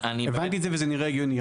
הבנתי את זה וזה נראה הגיוני.